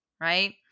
right